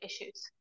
issues